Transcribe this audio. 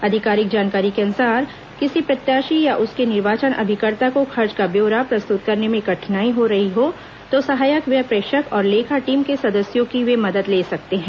आधिकारिक जानकारी के अनुसार किसी प्रत्याशी या उसके निर्वाचन अभिकर्ता को खर्च का ब्यौरा प्रस्तुत करने में कठिनाई हो रही हो तो सहायक व्यय प्रेक्षक और लेखा टीम के सदस्यों की वे मदद ले सकते हैं